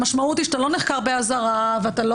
המשמעות היא שאתה לא נחקר באזהרה ואתה לא